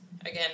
again